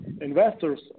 investors